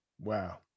Wow